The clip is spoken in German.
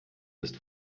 ist